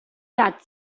that